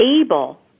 able